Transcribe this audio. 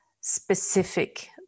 specific